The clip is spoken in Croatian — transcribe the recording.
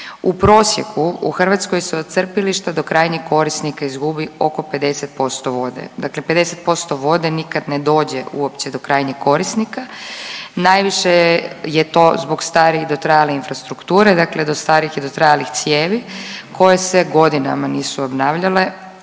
U prosjeku u Hrvatskoj se od crpilišta do krajnjih korisnika izgubi oko 50% vode. Dakle, 50% vode nikad ne dođe uopće do krajnjeg korisnika. Najviše je to zbog stare i dotrajale infrastrukture, dakle do starih i dotrajalih cijevi koje se godinama nisu obnavljale